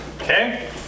okay